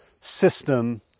system